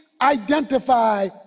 identify